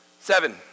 Seven